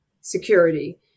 security